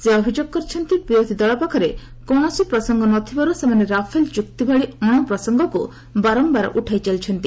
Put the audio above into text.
ସେ ଅଭିଯୋଗ କରିଛନ୍ତି ବିରୋଧି ଦଳ ପାଖରେ କୌଣସି ପ୍ରସଙ୍ଗ ନ ଥିବାରୁ ସେମାନେ ରାଫେଲ୍ ଚ୍ଚକ୍ତି ଭଳି ଅଣପ୍ରସଙ୍ଗକ୍ ବାରମ୍ଭାର ଉଠାଇ ଚାଲିଛନ୍ତି